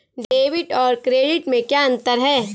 Debit और credit में क्या अंतर है?